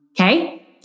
Okay